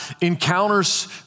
encounters